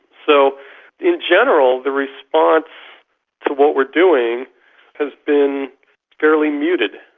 so in general the response to what we're doing has been fairly muted.